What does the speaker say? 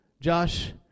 Josh